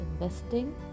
investing